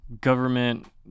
government